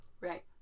Right